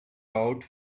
out